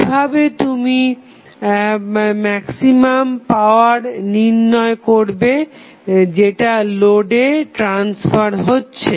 কিভাবে তুমি maximum power নির্ণয় করবে যেটা লোডে ট্রাসফার হচ্ছে